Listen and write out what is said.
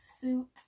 suit